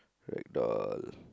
like doll